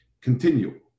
continue